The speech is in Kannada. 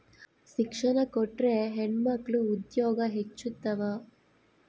ಶಿಕ್ಷಣ ಕೊಟ್ರ ಹೆಣ್ಮಕ್ಳು ಉದ್ಯೋಗ ಹೆಚ್ಚುತಾವ